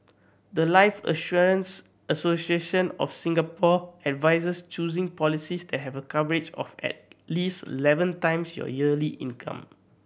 the life Insurance Association of Singapore advises choosing policies that have a coverage of at least eleven times your yearly income